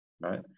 right